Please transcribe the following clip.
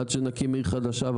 עד שנקים עיר חדשה.